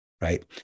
right